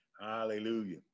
Hallelujah